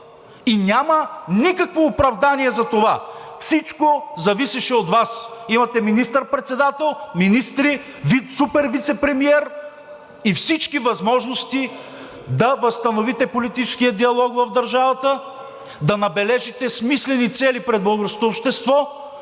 И няма никакво оправдание за това. Всичко зависеше от Вас. Имате министър-председател, министри, ВИП супер вицепремиер и всички възможности да възстановите политическия диалог в държавата, да набележите смислени цели пред българското общество